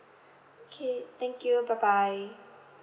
okay thank you bye bye